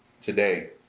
today